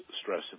stress